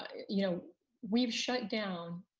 you know we've shut down,